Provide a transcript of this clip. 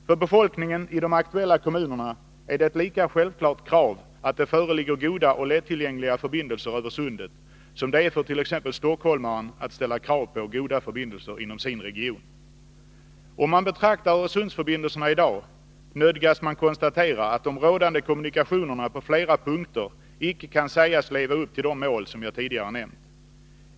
För befolkningen i de aktuella kommunerna är det ett lika självklart krav att det föreligger goda och lättillgängliga förbindelser över sundet som det är fört.ex. stockholmaren att ha goda förbindelser inom sin region. Om man betraktar Öresundsförbindelserna i dag, nödgas man konstatera att de nuvarande kommunikationerna på flera punkter icke kan sägas motsvara de mål som jag tidigare nämnt.